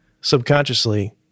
subconsciously